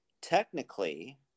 technically